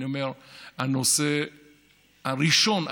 אני אומר שהנושא הראשון,